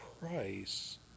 price